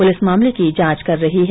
police मामले की जांच कर रही है